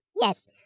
Yes